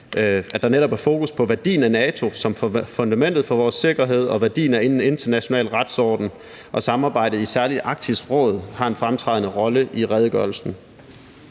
at der netop er fokus på værdien af NATO som fundamentet for vores sikkerhed og værdien af en international retsorden, og samarbejdet i særlig Arktisk Råd har en fremtrædende rolle i redegørelsen.